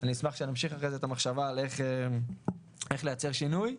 אני אשמח אם נמשיך אחרי זה את המחשבה על איך לייצר שינוי.